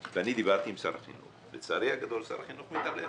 דיברתי עם שר החינוך ולצערי הגדול שר החינוך מתעלם.